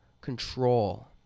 control